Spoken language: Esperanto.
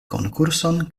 konkurson